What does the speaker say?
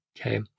Okay